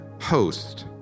host